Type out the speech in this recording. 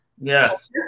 Yes